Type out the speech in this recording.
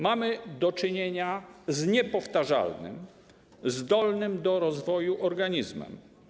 Mamy do czynienia z niepowtarzalnym, zdolnym do rozwoju organizmem.